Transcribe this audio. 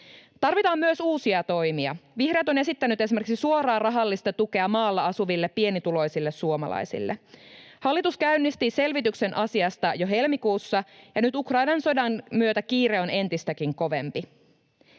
Tarvitaan myös uusia toimia. Vihreät ovat esittäneet esimerkiksi suoraa rahallista tukea maalla asuville pienituloisille suomalaisille. Hallitus käynnisti selvityksen asiasta jo helmikuussa, ja nyt Ukrainan sodan myötä kiire on entistäkin kovempi.